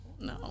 No